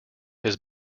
his